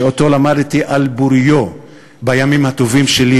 שאותו למדתי על בוריו בימים הטובים שלי,